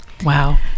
Wow